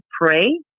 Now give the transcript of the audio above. pray